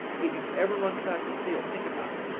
if you've ever run track and field, think about it.